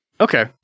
Okay